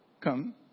come